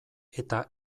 eta